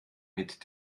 mit